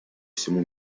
всему